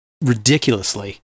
Ridiculously